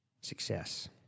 success